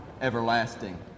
everlasting